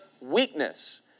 weakness